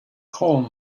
coal